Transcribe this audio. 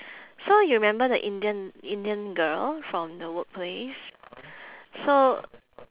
so you remember the indian indian girl from the workplace so